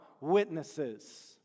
witnesses